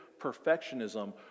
perfectionism